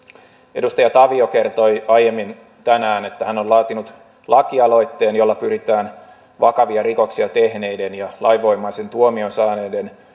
edustaja tavio kertoi aiemmin tänään että hän on laatinut lakialoitteen jolla pyritään vakavia rikoksia tehneiden ja lainvoimaisen tuomion saaneiden